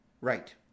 Right